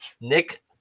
Nick